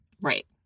Right